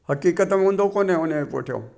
हक़ीक़त में हूंदो कोन आहे पुठियां